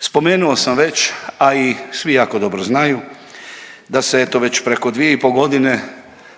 Spomenuo sam već, a i svi jako dobro znaju da se eto već preko dvije i pol godine